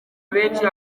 benshi